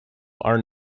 are